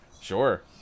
Sure